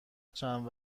چند